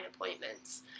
appointments